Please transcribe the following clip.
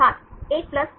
छात्र 1 4